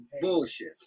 bullshit